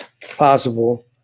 Possible